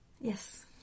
Yes